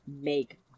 make